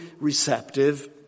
receptive